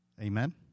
Amen